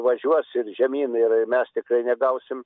važiuos ir žemyn ir mes tikrai negausim